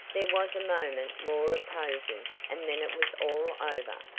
there was a moment more of posing, and then it was all over.